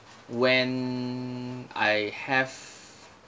when I have